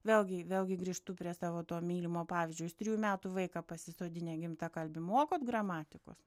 vėlgi vėlgi grįžtu prie savo to mylimo pavyzdžio jūs trijų metų vaiką pasisodinę gimtakalbį mokot gramatikos